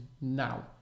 now